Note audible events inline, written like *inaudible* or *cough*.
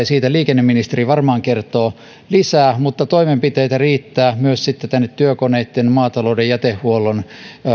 *unintelligible* siitä liikenneministeri varmaan kertoo lisää mutta toimenpiteitä riittää myös sitten tänne työkoneitten maatalouden jätehuollon